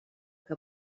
que